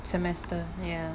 semester ya